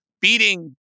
beating